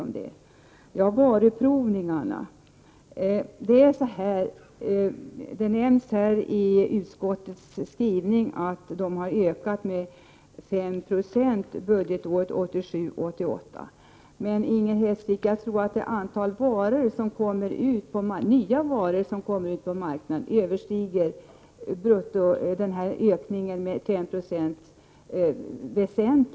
I utskottets skrivning nämns att varuprovningarna har ökat med 5 90 budgetåret 1987/88. Men, Inger Hestvik, jag tror att det antal nya varor som kommer ut på marknaden väsentligt överstiger denna ökning.